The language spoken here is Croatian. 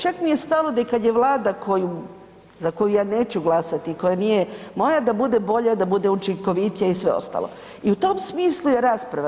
Čak mi je stalo da i kad je Vlada koju, za koju ja neću glasati i koja nije moja, da bude bolja, da bude učinkovitija i sve ostalo i u tom smislu je rasprava.